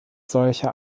solcher